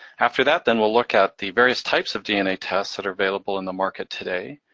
after that, then we'll look at the various types of dna tests that are available in the market today.